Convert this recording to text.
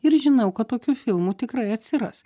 ir žinau kad tokių filmų tikrai atsiras